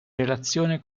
relazione